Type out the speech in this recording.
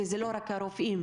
וזה לא רק הרופאים,